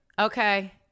Okay